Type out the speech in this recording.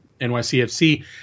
NYCFC